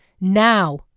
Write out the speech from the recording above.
Now